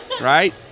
right